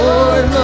Lord